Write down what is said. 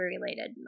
related